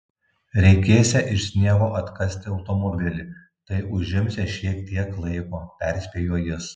reikėsią iš sniego atkasti automobilį tai užimsią šiek tiek laiko perspėjo jis